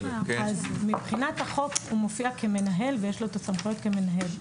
אז מבחינת החוק הוא מופיע כמנהל ויש לו את הסמכויות כמנהל.